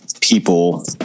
people